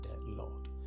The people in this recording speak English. Lord